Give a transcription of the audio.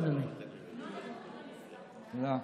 תודה.